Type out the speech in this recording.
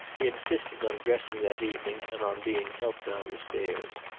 he insisted on dressing that evening, and on being helped down the stairs.